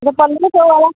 यह पन्द्र सौ वाला